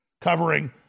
covering